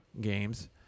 games